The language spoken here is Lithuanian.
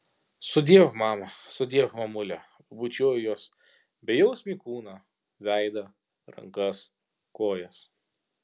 sudiev mama sudiev mamule bučiuoju jos bejausmį kūną veidą rankas kojas